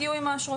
הגיעו עם אשרות.